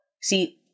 see